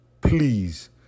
please